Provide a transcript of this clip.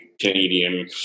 Canadian